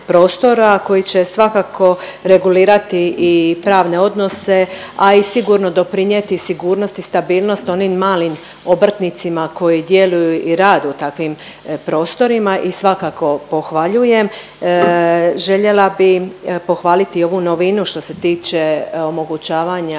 koji će svakako regulirati i pravne odnose, a i sigurno doprinijeti sigurnosti, stabilnosti onim malim obrtnicima koji djeluju i rade u takvim prostorima i svakako pohvaljujem. Željela bih pohvaliti ovu novinu što se tiče omogućavanja